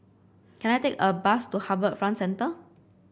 can I take a bus to HarbourFront Centre